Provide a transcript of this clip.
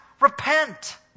Repent